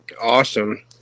Awesome